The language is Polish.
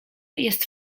jest